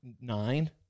nine